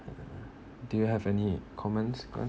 uh do you have any comments